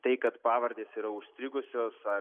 tai kad pavardės yra užstrigusios ar